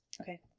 Okay